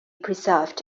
preserved